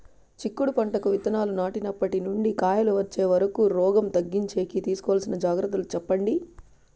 చిక్కుడు పంటకు విత్తనాలు నాటినప్పటి నుండి కాయలు వచ్చే వరకు రోగం తగ్గించేకి తీసుకోవాల్సిన జాగ్రత్తలు చెప్పండి?